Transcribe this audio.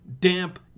damp